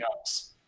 else